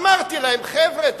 אמרתי להם: חבר'ה,